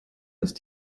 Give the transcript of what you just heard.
ist